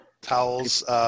Towels